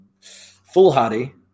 foolhardy